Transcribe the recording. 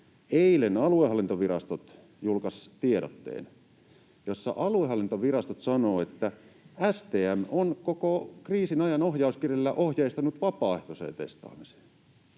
eilen aluehallintovirastot julkaisivat tiedotteen, jossa aluehallintovirastot sanovat, että STM on koko kriisin ajan ohjauskirjeillään ohjeistanut vapaaehtoiseen testaamiseen.